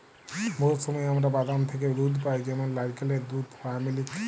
বহুত সময় আমরা বাদাম থ্যাকে দুহুদ পাই যেমল লাইরকেলের দুহুদ, সয়ামিলিক